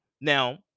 Now